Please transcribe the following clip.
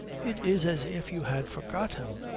it is as if you had forgotten.